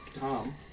Tom